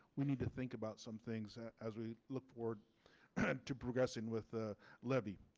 we need to think about some things as we look forward and to progressing with the levy